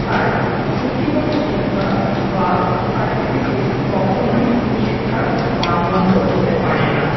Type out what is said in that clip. তাই পুঁথিগত শিক্ষা বা সার্টিফিকেট কখনোই শিক্ষার মানদণ্ড হতে পারে না